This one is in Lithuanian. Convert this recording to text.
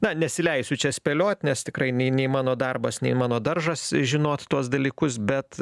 na nesileisiu čia spėliot nes tikrai nei nei mano darbas nei mano daržas žinot tuos dalykus bet